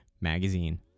Magazine